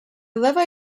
levi